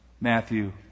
Matthew